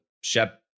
Shep